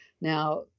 Now